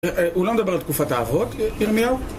הוא לא מדבר על תקופת האבות, ירמיהו?